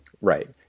Right